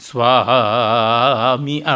Swami